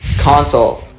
console